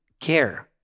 care